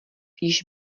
již